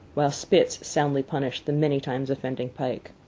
while spitz soundly punished the many times offending pike.